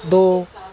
دو